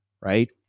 Right